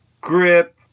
grip